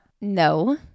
no